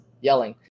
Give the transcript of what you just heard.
yelling